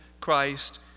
Christ